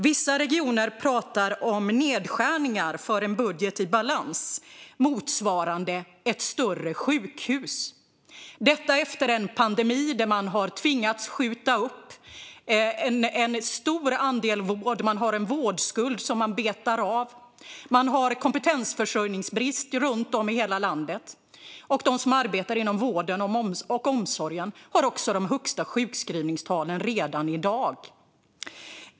Vissa regioner pratar om nedskärningar motsvarande ett större sjukhus för en budget i balans, detta efter en pandemi där man har tvingats skjuta upp en stor andel vård. Man har en vårdskuld som man betar av. Man har kompetensförsörjningsbrist runt om i hela landet. Och de som arbetar inom vården och omsorgen har också de högsta sjukskrivningstalen redan i dag.